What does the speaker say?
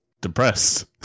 depressed